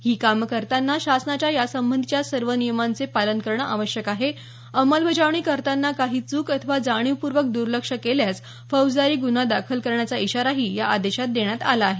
ही कामं करताना शासनाच्या यासंबंधीच्या सर्व नियमांचे पालन करणं आवश्यक आहे अंमलबजावणी करताना काही चूक अथवा जाणिवपूर्वक दूर्लक्ष केल्यास फौजदारी गुन्हा दाखल करण्याचा इशाराही या आदेशात देण्यात आला आहे